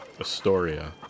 Astoria